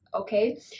okay